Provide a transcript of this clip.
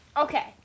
Okay